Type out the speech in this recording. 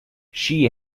she